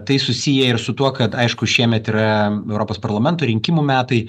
tai susiję ir su tuo kad aišku šiemet yra europos parlamento rinkimų metai